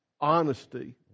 honesty